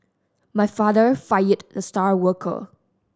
my father fired the star worker